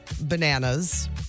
Bananas